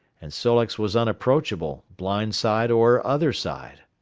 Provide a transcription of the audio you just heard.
and sol-leks was unapproachable, blind side or other side.